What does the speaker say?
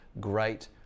great